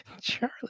Charlie